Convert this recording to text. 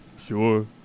sure